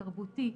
תרבותי,